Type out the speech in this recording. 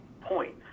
points